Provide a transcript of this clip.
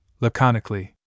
laconically